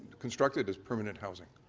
constructed as permanent housing.